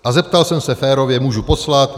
A zeptal jsem se férově: Můžu poslat?